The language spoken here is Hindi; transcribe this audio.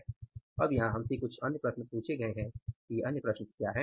अब यहाँ हमसे कुछ अन्य प्रश्न पूछे गए हैं ये अन्य प्रश्न क्या हैं